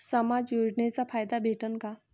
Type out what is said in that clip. समाज योजनेचा फायदा भेटन का?